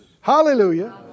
Hallelujah